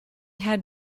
had